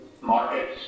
markets